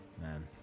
Man